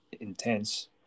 intense